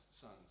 sons